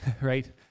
Right